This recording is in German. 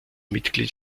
mitglied